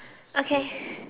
okay